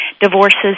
divorces